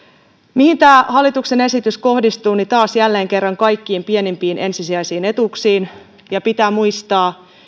mihin tämä hallituksen esitys kohdistuu taas kerran kaikkein pienimpiin ensisijaisiin etuuksiin pitää muistaa